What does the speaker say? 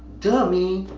duh me.